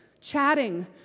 chatting